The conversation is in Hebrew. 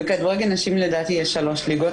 בכדורגל נשים יש שלוש ליגות,